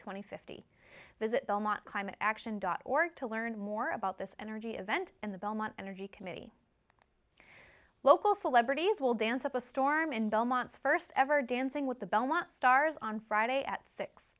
and fifty visit belmont climate action dot org to learn more about this energy event and the belmont energy committee local celebrities will dance up a storm in belmont st ever dancing with the belmont stars on friday at six